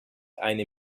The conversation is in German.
eine